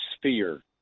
sphere